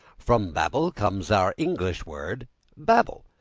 from babel comes our english word babble.